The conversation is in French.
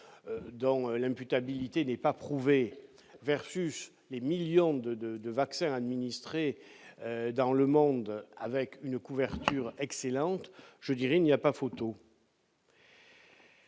-dont l'imputabilité n'est pas prouvée, et des millions de vaccins administrés dans le monde avec une couverture excellente, il n'y a pas photo